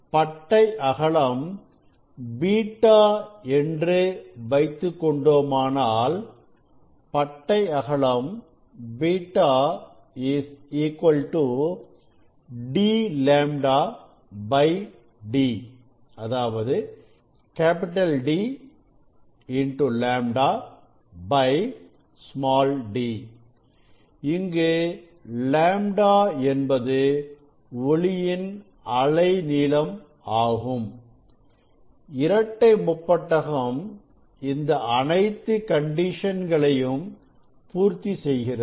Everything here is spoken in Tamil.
பட்டை அகலம் β என்று வைத்துக் கொண்டோமானால் பட்டை அகலம் β D λ d இங்கு λ என்பதுஒளியின் அலைநீளம் ஆகும் இரட்டை முப்பட்டகம் இந்த அனைத்து கண்டிஷன் களையும் பூர்த்தி செய்கிறது